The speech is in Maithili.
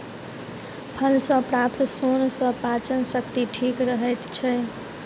फल सॅ प्राप्त सोन सॅ पाचन शक्ति ठीक रहैत छै